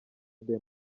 day